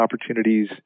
opportunities